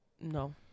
No